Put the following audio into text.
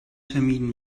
vermieden